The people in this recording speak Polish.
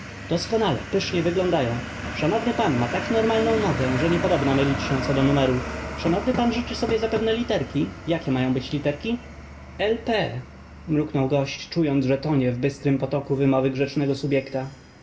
kaloszy doskonałe pysznie wyglądają szanowny pan ma tak normalną nogę że nie podobna mylić się co do numeru szanowny pan życzy sobie zapewne literki jakie mają być literki l p mruknął gość czując że tonie w bystrym potoku wymowy grzecznego